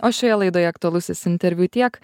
o šioje laidoje aktualusis interviu tiek